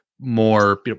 more